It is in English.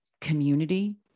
community